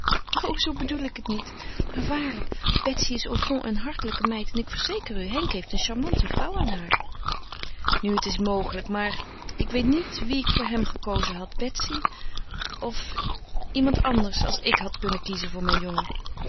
o zoo bedoel ik het niet maar waarlijk betsy is au fond een hartelijke meid en ik verzeker u henk heeft een charmante vrouw aan haar nu het is mogelijk maar ik weet niet wie ik voor hem gekozen had betsy of iemand anders als ik had kunnen kiezen voor mijn jongen